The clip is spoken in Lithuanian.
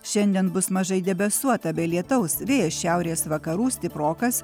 šiandien bus mažai debesuota be lietaus vėjas šiaurės vakarų stiprokas